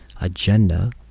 agenda